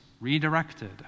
redirected